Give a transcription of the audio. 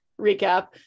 recap